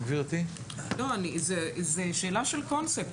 זה שאלה של קונספט.